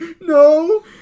no